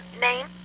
name